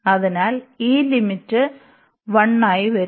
അതിനാൽ ഈ ലിമിറ്റ് 1 ആയി വരും